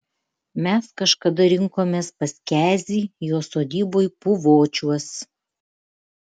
mes kažkada rinkomės pas kezį jo sodyboj puvočiuos